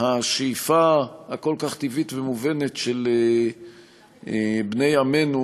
השאיפה הכל-כך טבעית ומובנת של בני עמנו